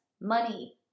money